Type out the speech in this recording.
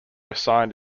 assigned